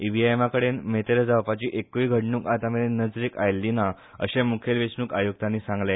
इव्हिएमा कडेन मेतेर जावपाची एकूंय घडणूक आतामेरेन नजरेक आयल्टी ना अशे मुखेल वेचणूक आयुक्तानी सांगले